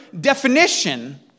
definition